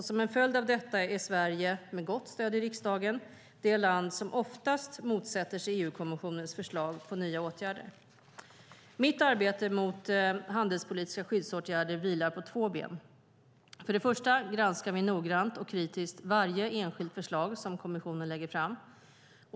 Som en följd av detta är Sverige, med gott stöd i riksdagen, det land som oftast motsätter sig EU-kommissionens förslag på nya åtgärder. Mitt arbete mot handelspolitiska skyddsåtgärder vilar på två ben. För det första granskar vi noggrant och kritiskt varje enskilt förslag som kommissionen lägger fram.